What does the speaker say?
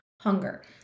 hunger